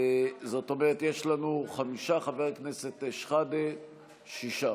זאת אומרת, יש לנו חמישה, חבר הכנסת שחאדה, שישה.